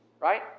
right